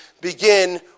begin